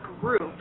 group